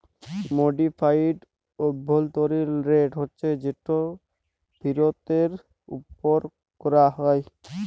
modified অভ্যলতরিল rate হছে যেট ফিরতের উপর ক্যরা হ্যয়